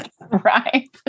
Right